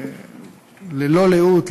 ללא לאות,